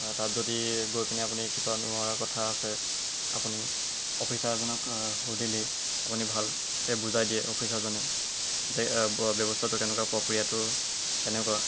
তাত যদি গৈ কিনে আপুনি কিবা নোৱাৰা কথা আছে আপুনি অফিচাৰজনক সুধিলে আপুনি ভালকৈ বুজাই দিয়ে অফিচাৰজনে যে ব্যৱস্থাটো কেনেকুৱা প্ৰক্ৰিয়াটো কেনেকুৱা